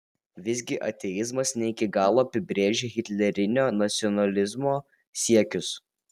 visgi ateizmas ne iki galo apibrėžia hitlerinio nacionalsocializmo siekius